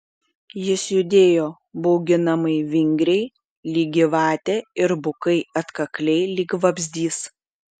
jis judėjo bauginamai vingriai lyg gyvatė ir bukai atkakliai lyg vabzdys